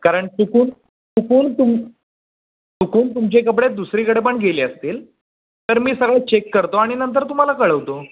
कारण चुकून चुकून तुम् चुकून तुमचे कपडे दुसरीकडे पण गेले असतील तर मी सगळं चेक करतो आणि नंतर तुम्हाला कळवतो